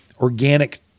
organic